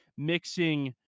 mixing